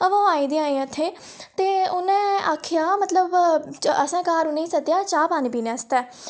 पर आई दियां हियां इत्थै ते उनें आखेआ हा मतलब असें घर उनें ई सद्देआ चाह् पानी पीने आस्तै